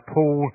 Paul